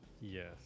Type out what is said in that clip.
Yes